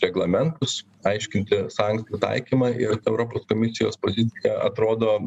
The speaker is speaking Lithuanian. reglamentus aiškinti sankcijų taikymą ir europos komisijos pozicija atrodo